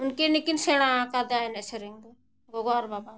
ᱩᱱᱠᱤᱱ ᱜᱮᱠᱤᱱ ᱥᱮᱬᱟ ᱟᱠᱟᱫᱟ ᱮᱱᱮᱡ ᱥᱮᱨᱮᱧ ᱫᱚ ᱜᱚᱜᱚ ᱟᱨ ᱵᱟᱵᱟ ᱜᱮ